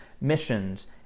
missions